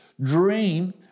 dream